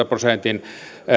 prosentin